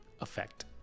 effect